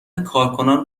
کارکنان